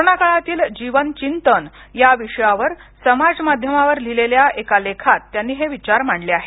corona काळातील जीवन चिंतन या विषयावर समाजमाध्यमावर लिहिलेल्या एका लेखात त्यांनी हे विचार मांडले आहेत